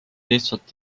lihtsalt